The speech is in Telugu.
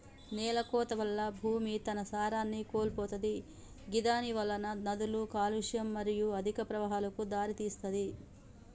నేలకోత వల్ల భూమి తన సారాన్ని కోల్పోతది గిదానివలన నదుల కాలుష్యం మరియు అధిక ప్రవాహాలకు దారితీస్తది